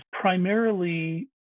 primarily